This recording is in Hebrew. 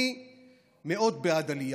אני מאוד בעד עלייה.